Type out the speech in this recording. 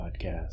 podcast